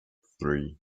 three